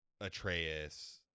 Atreus